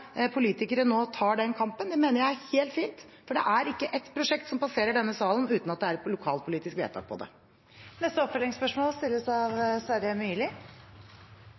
politikere nå tar den kampen, mener jeg er helt fint, for det er ikke ett prosjekt som passerer denne salen uten at det er et lokalpolitisk vedtak på det. Sverre Myrli – til neste oppfølgingsspørsmål.